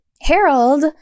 Harold